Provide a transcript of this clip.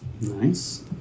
Nice